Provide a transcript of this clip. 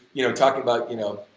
you know, talking about, you know,